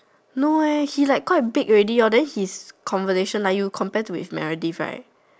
no eh he like quite big already hor then his conversation like you compare to his Meredith right